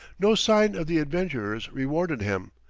no sign of the adventurers rewarded him,